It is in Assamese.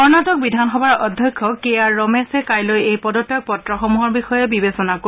কৰ্ণাটক বিধানসভাৰ অধ্যক্ষ কে আৰ ৰমেশে কাইলৈ এই পদত্যাগ পত্ৰসমূহৰ বিষয়ে বিবেচনা কৰিব